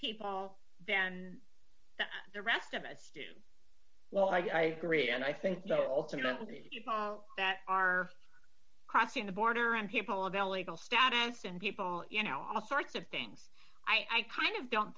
people than the rest of us do well i agree and i think so people that are crossing the border and people about legal status and people you know all sorts of things i kind of don't